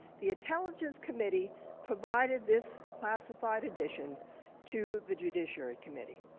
the intelligence committee provided this classified addition to the judiciary committee.